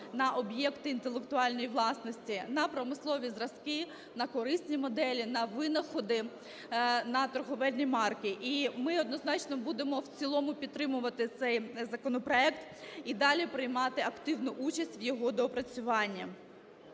на об'єкти інтелектуальної власності на промислові зразки, на корисні моделі, на винаходи, на торговельні марки. І ми, однозначно, будемо в цілому підтримувати цей законопроект і далі приймати активну участь в його доопрацюванні.